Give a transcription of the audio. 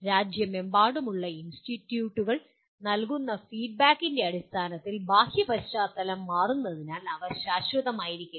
രാജ്യമെമ്പാടുമുള്ള ഇൻസ്റ്റിറ്റ്യൂട്ട് നൽകുന്ന ഫീഡ്ബാക്കിൻ്റെ അടിസ്ഥാനത്തിൽ ബാഹ്യ പശ്ചാത്തലം മാറുന്നതിനാൽ അവ ശാശ്വതമായിരിക്കില്ല